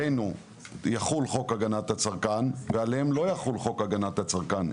עלינו יחול חוק הגנת הצרכן ועליהן לא יחול חוק הגנת הצרכן.